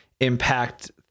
impact